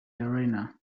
arena